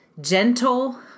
gentle